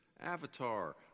Avatar